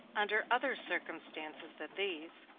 under other circumstances than these,